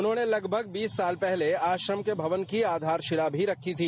उन्होंने लगभग बीस साल पहले आश्रम के भवन की आधारशिला भी रखी थी